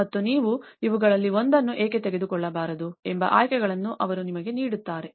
ಮತ್ತು ನೀವು ಇವುಗಳಲ್ಲಿ ಒಂದನ್ನು ಏಕೆ ತೆಗೆದುಕೊಳ್ಳಬಾರದು ಎಂಬ ಆಯ್ಕೆಗಳನ್ನು ಅವರು ನಿಮಗೆ ನೀಡುತ್ತಾರೆ